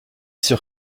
sûr